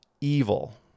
evil